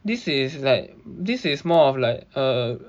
this is like this is more of like err